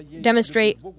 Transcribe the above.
demonstrate